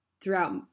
throughout